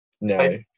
No